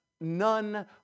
None